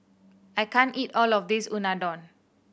I can't eat all of this Unadon